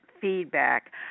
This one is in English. feedback